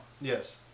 Yes